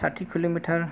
साथि किल'मिटार